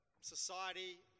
society